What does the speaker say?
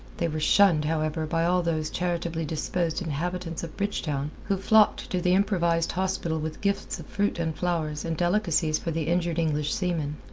they were shunned, however, by all those charitably disposed inhabitants of bridgetown who flocked to the improvised hospital with gifts of fruit and flowers and delicacies for the injured english seamen.